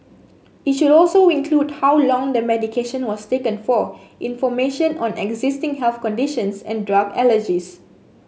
it should also include how long the medication was taken for information on existing health conditions and drug allergies